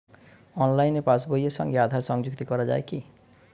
অনলাইনে পাশ বইয়ের সঙ্গে আধার সংযুক্তি করা যায় কি?